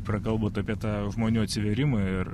prakalbot apie tą žmonių atsivėrimą ir